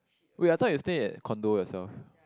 wait I thought you stay at condo yourself